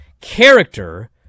character